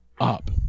up